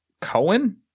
Cohen